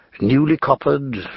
newly-coppered